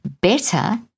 better